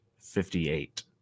58